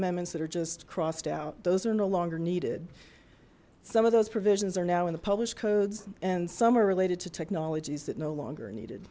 amendments that are just crossed out those are no longer needed some of those provisions are now in the published codes and some are related to technologies that no longer needed